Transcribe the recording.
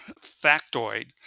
factoid